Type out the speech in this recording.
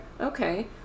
Okay